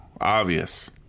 Obvious